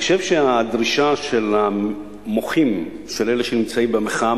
אני חושב שהדרישה של המוחים, של אלה שנמצאים במחאה